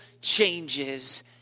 changes